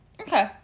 Okay